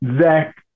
Zach